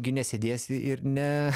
gi nesėdėsi ir ne